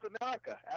America